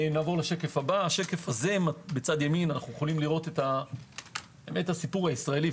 השקף הזה, רואים את הסיפור הישראלי.